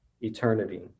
eternity